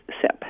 sip